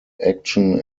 action